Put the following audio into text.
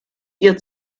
ihr